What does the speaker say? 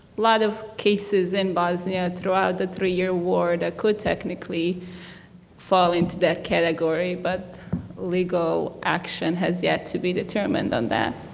lot of cases in bosnia throughout the three year war that could technically fall into that category. but legal action has yet to be determined on that.